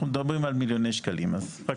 אנחנו מדברים על מיליוני שקלים אז רק